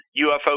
UFO